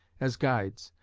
as guides,